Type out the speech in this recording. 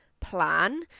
plan